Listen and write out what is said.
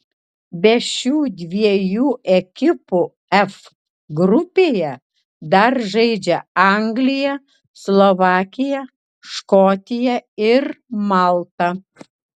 be šių dviejų ekipų f grupėje dar žaidžia anglija slovakija škotija ir malta